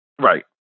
Right